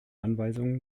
anweisungen